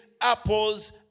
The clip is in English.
apples